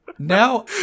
Now